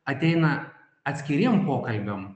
ateina atskiriem pokalbiam